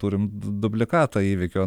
turim dublikatą įvykio